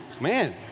man